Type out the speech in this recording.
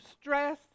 stress